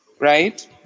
right